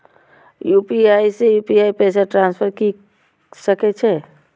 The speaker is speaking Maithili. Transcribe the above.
यू.पी.आई से यू.पी.आई पैसा ट्रांसफर की सके छी?